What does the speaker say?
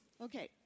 Okay